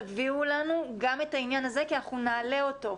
תביאו לנו גם את העניין הזה כי אנחנו נעלה אותו,